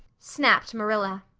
snapped marilla.